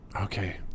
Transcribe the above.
Okay